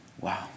Wow